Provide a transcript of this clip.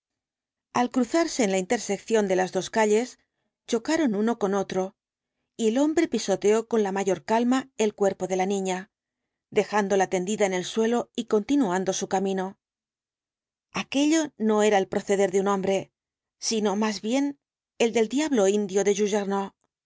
al cruzarse en la intersección de las dos calles chocaron uno con otro y el hombre pisoteó con la mayor calma el cuerpo de la niña dejándola tendida en el suelo y continuando su camino aquello no era el proceder de un hombre sino más bien el del diablo indio juggernaut lancé